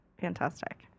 Fantastic